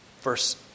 Verse